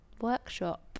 workshop